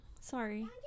Sorry